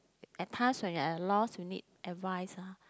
at times when you're at lost you need advice ah